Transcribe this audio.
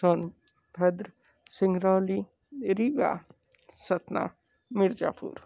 Sonbhadra Singrauli Rewa Satna Mirzapur